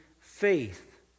faith